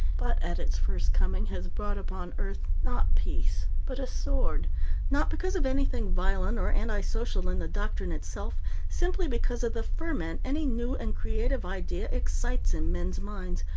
but at its first coming has brought upon earth not peace, but a sword not because of anything violent or anti-social in the doctrine itself simply because of the ferment any new and creative idea excites in men's minds,